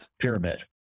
Pyramid